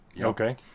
Okay